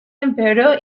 empeoró